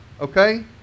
okay